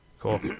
Cool